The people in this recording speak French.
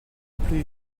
plus